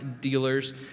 dealers